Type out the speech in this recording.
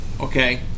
okay